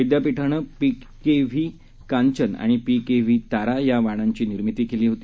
विद्यापीठानं पिकेव्ही कांचन आणि पिकेव्ही तारा या वाणांची निर्मिती केली होती